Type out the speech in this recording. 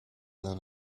than